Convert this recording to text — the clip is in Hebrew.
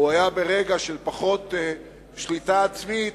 או היה ברגע של פחות שליטה עצמית,